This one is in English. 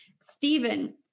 Stephen